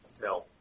No